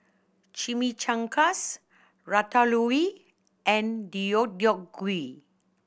Chimichangas Ratatouille and Deodeok Gui